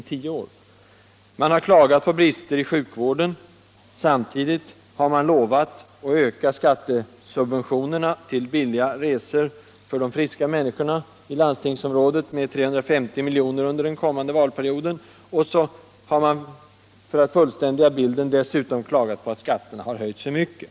Socialdemokraterna har klagat på brister i sjukvården. Samtidigt har de lovat att öka skattesubventionerna till billiga resor för de friska människorna i landstingsområdet med 350 miljoner under den kommande valperioden. Dessutom har de klagat på att skatterna har höjts för mycket.